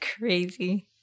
crazy